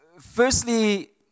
firstly